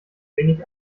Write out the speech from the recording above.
wenig